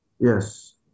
Yes